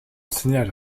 signal